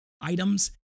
items